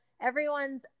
everyone's